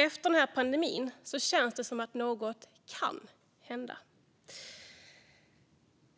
Efter den här pandemin känns det som att något kan hända.